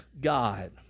God